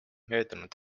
möödunud